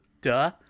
duh